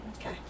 Okay